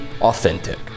authentic